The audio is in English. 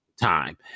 time